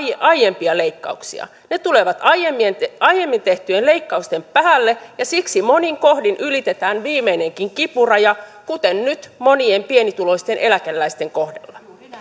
aiempia leikkauksia ne tulevat aiemmin tehtyjen leikkausten päälle ja siksi monin kohdin ylitetään viimeinenkin kipuraja kuten nyt monien pienituloisten eläkeläisten kohdalla